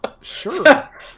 Sure